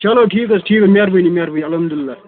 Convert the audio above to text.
چلو ٹھیٖک حظ ٹھیٖک حظ مہربٲنی مہربٲنی اَلحَمدُ لِلہ